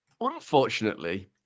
Unfortunately